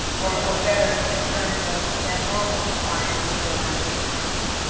or or better and in terms of the normal compliance with the landscape manual.